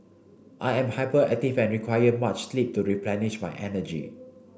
I am hyperactive and require much sleep to replenish my energy